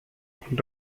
con